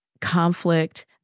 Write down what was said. conflict